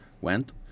went